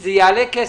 שזה יעלה כסף.